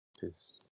Peace